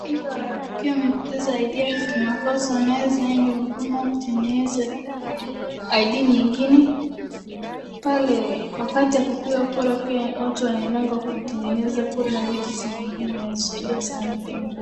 Ikiwa umepoteza ID kimakosa unaweza enda huduma kutengeneza ID nyingine. Pale wakati wa kupiga kura pia watu huenda huku kutengeneza kura na vitu zingine na inasaidia sana Kenya.